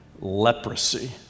leprosy